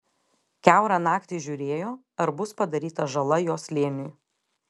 kiaurą naktį žiūrėjo ar bus padaryta žala jo slėniui